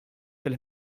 fil